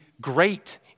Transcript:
great